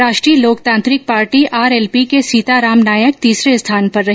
राष्ट्रीय Loktantrik party RLP के सीताराम नायक तीसरे स्थान पर रहे